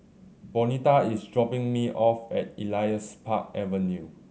Bonita is dropping me off at Elias Park Avenue